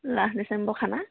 last December খানা